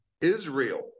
Israel